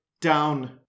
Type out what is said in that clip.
down